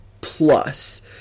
plus